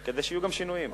כדי שיהיו גם שינויים.